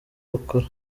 bakora